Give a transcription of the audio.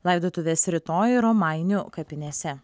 laidotuvės rytoj romainių kapinėse